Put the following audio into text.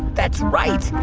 that's right.